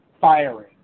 firing